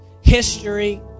history